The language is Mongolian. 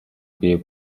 бий